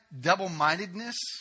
double-mindedness